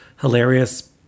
hilarious